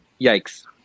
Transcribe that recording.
Yikes